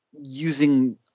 using